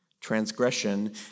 transgression